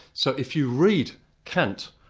so if you read kant,